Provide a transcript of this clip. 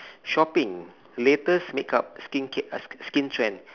shopping latest makeup skincar~ uh skin trend